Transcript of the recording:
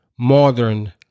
modern